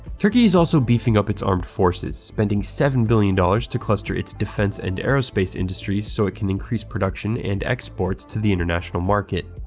turkey is also beefing up its armed forces, spending seven billion dollars to cluster its defense and aerospace industries so it can increase production and exports to the international market.